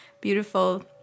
beautiful